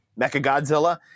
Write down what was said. Mechagodzilla